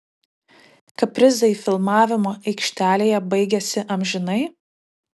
kaprizai filmavimo aikštelėje baigėsi amžinai